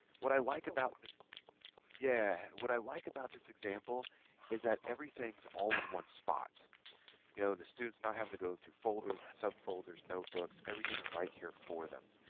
what i like about this yeah what i like about this example is that everything's all in one spot you know the students not having to go through folders and subfolders notebooks everything's right here for them